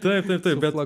taip taip taip bet